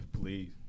Please